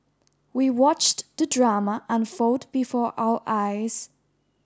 we watched the drama unfold before our eyes